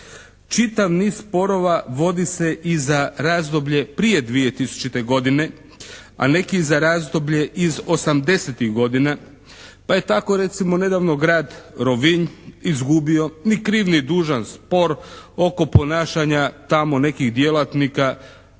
Čitav niz sporova vodi se i za razdoblje prije 2000. godine a neki za razdoblje iz osamdesetih godina pa je tako recimo nedavno grad Rovinj izgubio ni kriv ni dužan spor oko ponašanja tamo nekih djelatnika